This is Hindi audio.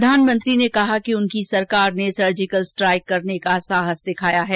प्रधानमंत्री ने कहा कि उनकी सरकार ने सर्जिकल स्ट्राइक करने का साहस दिखाया है